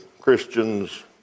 Christians